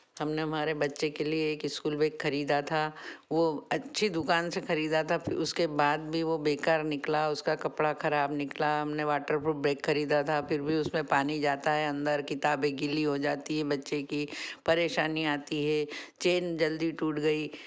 हमने हमारे बच्चे के लिए एक स्कूल बेग खरीदा था वो अच्छी दुकान से खरीदा था उसके बाद भी वो बेकार निकला उसका कपड़ा खराब निकला हमने वाटर प्रूफ बेग खरीदा था फिर भी उसमें पानी जाता है अन्दर किताबें गीली हो जाती हैं बच्चे की परेशानी आती है चेन जल्दी टूट गयी